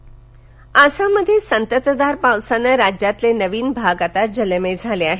पूर आसाम आसाममध्ये संततधार पावसानं राज्यातील नवीन भाग आता जलमय झाले आहेत